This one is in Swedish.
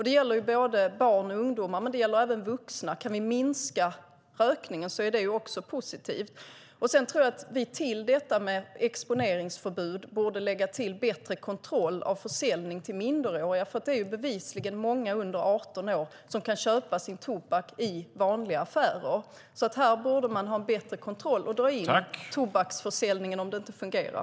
Det gäller både barn och ungdomar, men det gäller även vuxna - kan vi minska rökningen är det ju också positivt. Sedan tror jag att vi till detta med exponeringsförbud borde lägga bättre kontroll av försäljning till minderåriga. Det är bevisligen många under 18 år som kan köpa sin tobak i vanliga affärer. Man borde ha bättre kontroll av tobaksförsäljningen eftersom den inte fungerar.